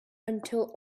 until